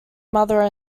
mother